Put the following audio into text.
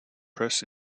press